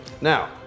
Now